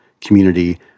community